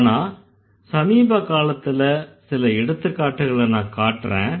ஆனா சமீப காலத்துல சில எடுத்துக்காட்டுகளை நான் காட்டறேன்